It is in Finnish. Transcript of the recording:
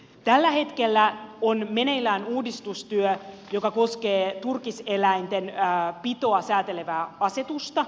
tällä hetkellä on meneillään uudistustyö joka koskee turkiseläinten pitoa säätelevää asetusta